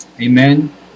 amen